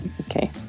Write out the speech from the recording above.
okay